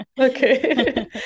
Okay